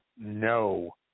no